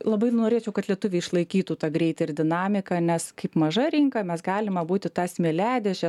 labai norėčiau kad lietuviai išlaikytų tą greitį ir dinamiką nes kaip maža rinka mes galime būti ta smėliadėže